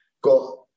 Got